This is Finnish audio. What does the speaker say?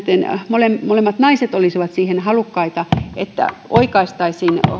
molemmat molemmat naiset olisivat siihen halukkaita että oikaistaisiin